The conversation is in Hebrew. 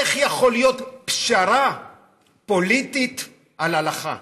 איך יכולה להיות פשרה פוליטית על הלכה?